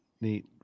Neat